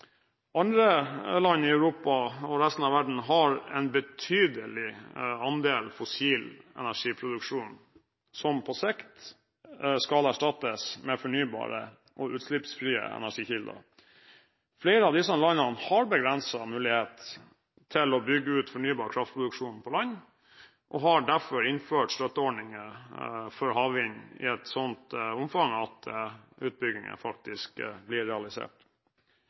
Andre land i Europa og resten av verden har en betydelig andel fossil energiproduksjon, som på sikt skal erstattes med fornybare og utslippsfrie energikilder. Flere av disse landene har begrenset mulighet til å bygge ut fornybar kraftproduksjon på land og har derfor innført støtteordninger for havvind i et sånt omfang at utbyggingen faktisk blir realisert.